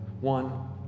One